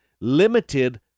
limited